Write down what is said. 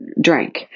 drank